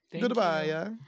Goodbye